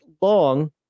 long